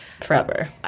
forever